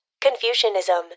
Confucianism